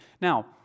Now